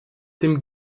dem